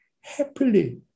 happily